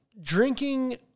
drinking